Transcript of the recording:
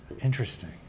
Interesting